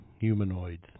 humanoids